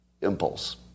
impulse